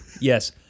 Yes